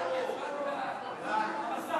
לוועדת החוקה,